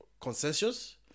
consensus